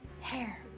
hair